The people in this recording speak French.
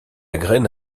graine